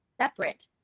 separate